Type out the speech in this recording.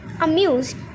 amused